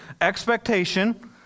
expectation